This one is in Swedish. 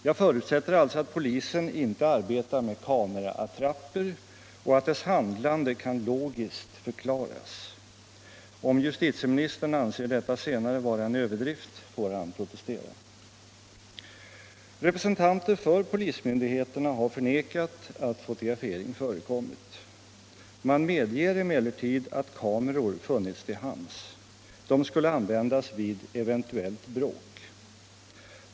Jag förutsätter alltså att polisen inte arbetar med kameraattrapper och att dess handlande kan logiskt förklaras. Om justitieministern anser detta senare vara en överdrift får han protestera. Representanter för polismyndigheterna har förnekat att fotografering förekommit. De medger emellertid att kameror funnits till hands. De skulle användas vid eventuellt bråk.